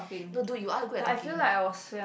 no dude you are good at talking